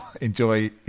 Enjoy